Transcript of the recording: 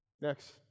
Next